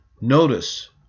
Notice